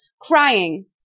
Crying